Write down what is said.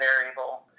variable